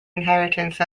inheritance